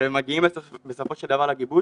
אבל מגיעים בסופו של דבר לגיבוש